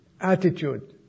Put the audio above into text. attitude